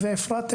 וזה אפרת,